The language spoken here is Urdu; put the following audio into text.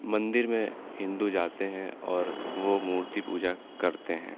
مندر میں ہندو جاتے ہیں اور وہ مورتی پوجا کرتے ہیں